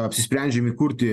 apsisprendžiam įkurti